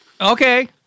Okay